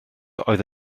oedd